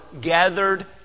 gathered